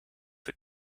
für